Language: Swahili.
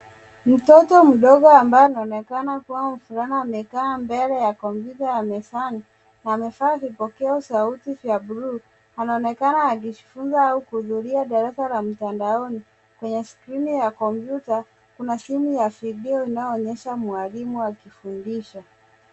Mtoto mdogo ambaye anaonekana kuwa mvulana amekaa mbele ya kompyuta ya mezani, amevaa vipokea sauti vya bluu, anaonekana akijifunza au kuhudhuria darasa la mtandaoni. Kwenye skrini ya kompyuta, kuna simu ya video inayoonyesha mwalimu akifundisha.